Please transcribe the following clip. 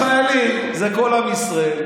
החיילים הם כל עם ישראל.